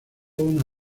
una